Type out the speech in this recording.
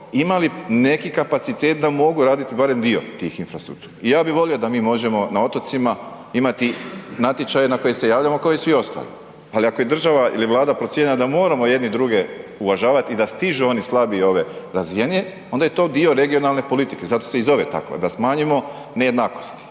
imali neki kapacitet da mogu radit barem dio tih infrastrukturnih, ja bi volio da mi možemo na otocima imati natječaj na koji se javljamo kao i svi ostali, ali ako je država ili Vlada procijenila da moramo jedni druge uvažavat i da stižu oni slabiji ove razvijenije, onda je to dio regionalne politike, zato se i zove tako, da smanjimo nejednakosti